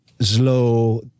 slow